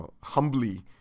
humbly